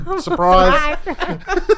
Surprise